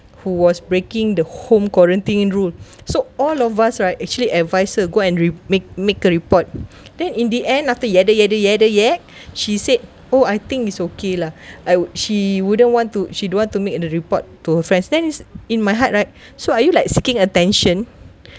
who was breaking the home quarantine rule so all of us right actually advise her go and re~ make make a report then in the end after yada yada yada yak she said oh I think is okay lah I would she wouldn't want to she don't want to make a report to her friends then is in my heart right so are you like seeking attention